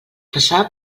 passar